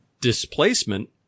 displacement